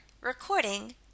Recording